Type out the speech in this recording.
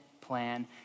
plan